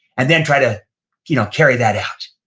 and then try to you know carry that out